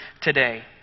today